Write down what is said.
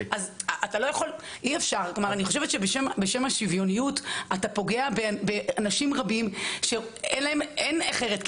אני חושבת שבשם השוויוניות אתה פוגע באנשים רבים ואין אחרת,